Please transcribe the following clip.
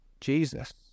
Jesus